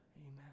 Amen